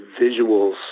visuals